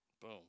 Boom